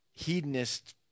hedonist